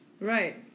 Right